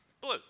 Blue